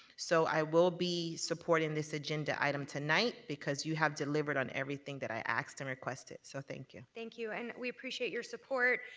so i will be supporting this agenda item tonight because you have delivered on everything that i asked and requested, so thank you. thank you. and we appreciate your support.